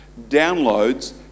downloads